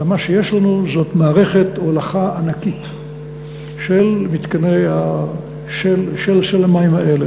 אלא מה שיש לנו זאת מערכת הולכה ענקית של המים האלה.